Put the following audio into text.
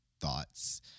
thoughts